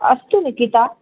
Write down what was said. अस्तु निकिता